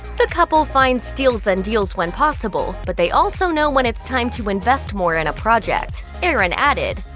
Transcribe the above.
the couple finds steals and deals when possible, but they also know when it's time to invest more in a project. erin added,